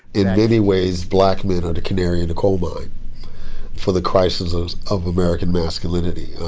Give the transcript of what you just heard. in many ways, black men are the canary in the coal mine for the crisis of of american masculinity.